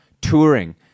touring